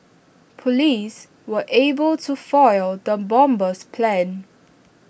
Police were able to foil the bomber's plans